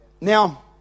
Now